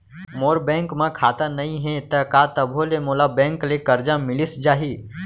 मोर bank म खाता नई हे त का तभो ले मोला बैंक ले करजा मिलिस जाही?